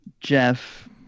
Jeff